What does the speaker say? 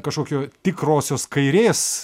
kažkokio tikrosios kairės